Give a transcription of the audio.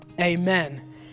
Amen